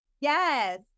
Yes